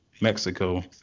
Mexico